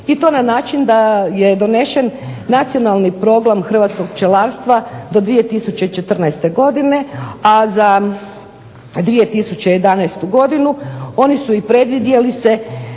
i to na način da je donešen Nacionalni program hrvatskog pčelarstva do 2014. godine, a za 2011. godinu oni su i predvidjeli se